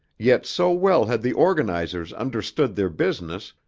yet so well had the organizers understood their business,